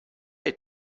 noch